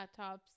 laptops